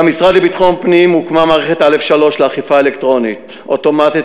במשרד לביטחון פנים הוקמה מערכת א-3 לאכיפה אלקטרונית אוטומטית